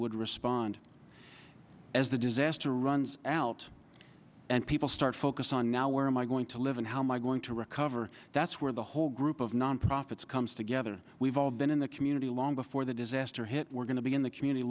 would respond as the disaster runs out and people start focus on now where am i going to live and how my going recover that's where the whole group of nonprofits comes together we've all been in the community long before the disaster hit we're going to be in the community